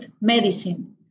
medicine